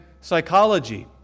psychology